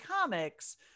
comics